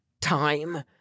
time